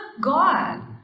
God